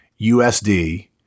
USD